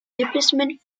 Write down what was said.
replacement